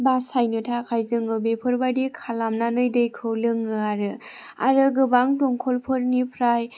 बासायनो थाखाय जोङो बेफोरबादि खालामनानै दैखौ लोङो आरो आरो गोबां दंखलफोरनिफ्राय